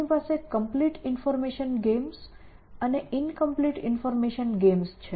આપણી પાસે complete information games અને ઈન્કમ્પ્લીટ ઈન્ફોર્મેશન ગેમ્સ છે